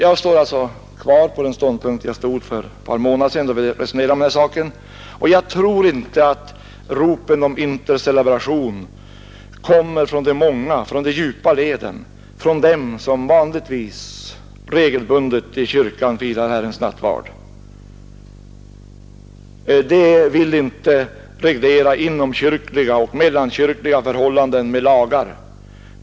Jag står alltså kvar på den ståndpunkt där jag stod för några månader sedan, när vi senast diskuterade dessa frågor, och jag tror inte att ropen på intercelebration kommer från de många, från de djupa leden, från dem som regelbundet i kyrkan firar Herrens nattvard. De vill inte reglera inomkyrkliga och mellankyrkliga förhållanden med lagar.